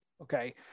okay